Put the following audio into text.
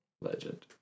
Legend